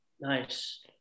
Nice